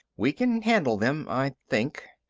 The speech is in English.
we can handle them i think.